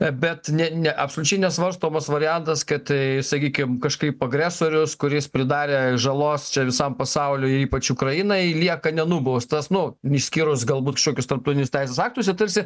bet ne ne absoliučiai nesvarstomas variantas kad tai sakykim kažkaip agresorius kuris pridarė žalos čia visam pasauliui ypač ukrainai lieka nenubaustas nu išskyrus galbūt kažkokius tarptautinius teisės aktuos ir tarsi